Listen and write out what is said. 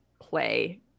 play